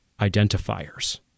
identifiers